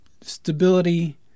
stability